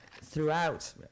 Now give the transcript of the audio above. throughout